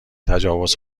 تجاوز